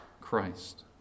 Christ